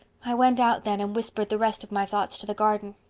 i went out then and whispered the rest of my thoughts to the garden.